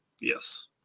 Yes